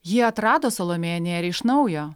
jie atrado salomėją nėrį iš naujo